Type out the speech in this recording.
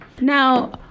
Now